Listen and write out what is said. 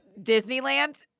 Disneyland